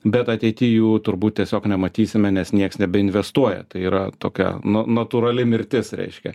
bet ateity jų turbūt tiesiog nematysime nes nieks nebeinvestuoja tai yra tokia na natūrali mirtis reiškia